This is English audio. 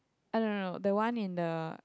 oh no no no the one in the